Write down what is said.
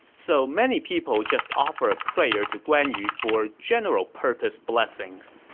so many people just offer a prayer to guan yu for general-purpose blessings